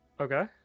Okay